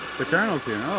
the colonel's here